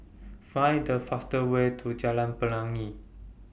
Find The fastest Way to Jalan Pelangi